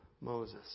Moses